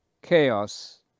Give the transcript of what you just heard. Chaos